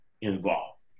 involved